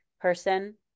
person